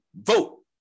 vote